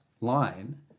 line